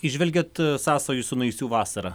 įžvelgiat sąsajų su naisių vasara